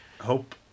hope